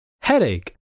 headache